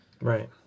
Right